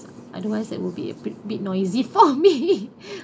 otherwise that will be a bit bit noisy for me